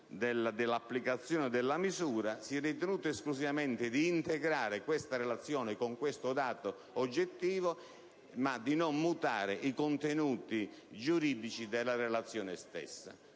dell'applicazione della misura, si è ritenuto esclusivamente di integrare questa relazione con tale dato oggettivo, ma di non mutare i contenuti giuridici della relazione stessa.